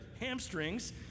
hamstrings